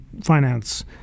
finance